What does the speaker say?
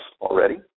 already